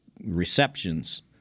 receptions